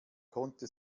konnte